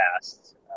past